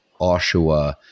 Oshawa